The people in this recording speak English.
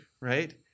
right